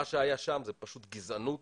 מה שהיה שם, זאת פשוט גזענות